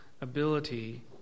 ability